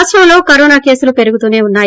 రాష్టంలో కరోనా కేసులు పెరుగుతూనే వున్నాయి